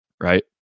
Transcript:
right